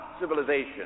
civilization